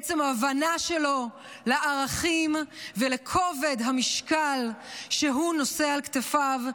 מעצם ההבנה שלו לערכים ולכובד המשקל שהוא נושא על כתפיו.